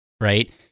right